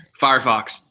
Firefox